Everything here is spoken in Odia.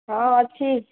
ହଁ ଅଛି